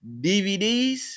DVDs